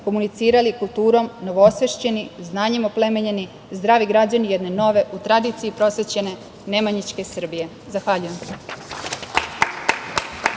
komunicirali kulturom, novoosvešćeni, znanjem oplemenjeni, zdravi građani jedne nove u tradiciji prosvećene Nemanjićke Srbije. Zahvaljujem.